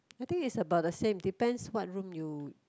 I think is about the same depends what room you